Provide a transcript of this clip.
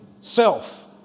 self